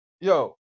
Yo